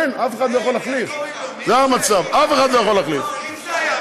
אין, אף אחד לא יכול להחליף, איך קוראים לו?